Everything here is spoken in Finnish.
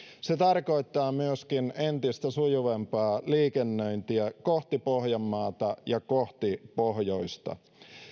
se tarkoittaa myöskin entistä sujuvampaa liikennöintiä kohti pohjanmaata ja kohti pohjoista